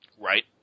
Right